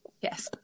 yes